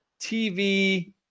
TV